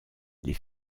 les